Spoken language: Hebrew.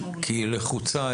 כי היא לחוצה,